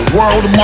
World